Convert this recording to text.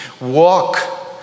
walk